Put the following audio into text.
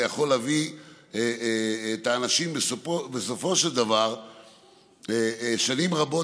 זה יכול להביא את האנשים בסופו של דבר לכך ששנים רבות